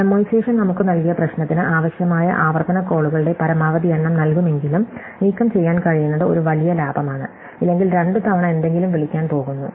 memoization നമുക്ക് നൽകിയ പ്രശ്നത്തിന് ആവശ്യമായ ആവർത്തന കോളുകളുടെ പരമാവധി എണ്ണം നൽകുമെങ്കിലും നീക്കംചെയ്യാൻ കഴിയുന്നത് ഒരു വലിയ ലാഭമാണ് ഇല്ലെങ്കിൽ രണ്ടുതവണ എന്തെങ്കിലും വിളിക്കാൻ പോകുന്നു